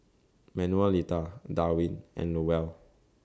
Manuelita Darwin and Lowell